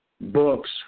books